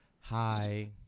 Hi